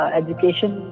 education